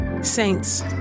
Saints